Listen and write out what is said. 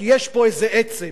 כי יש פה איזה עצם,